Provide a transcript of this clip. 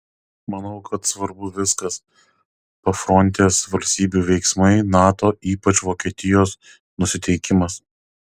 manau kad svarbu viskas pafrontės valstybių veiksmai nato ypač vokietijos nusiteikimas